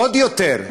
עוד יותר.